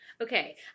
Okay